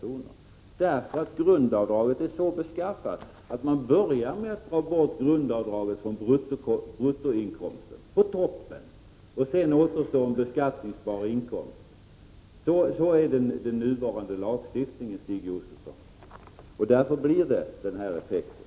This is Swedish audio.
Detta beror på att grundavdraget är så beskaffat att man börjar med att dra bort det från bruttoinkomsten, på toppen, och sedan återstår en beskattningsbar inkomst. Så är den nuvarande lagstiftningen Stig Josefson, och därför uppstår den här effekten.